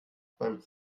beim